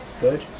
good